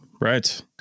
Right